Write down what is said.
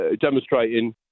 demonstrating